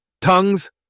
Tongues